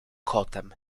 kotem